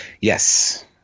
Yes